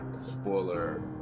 spoiler